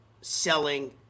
selling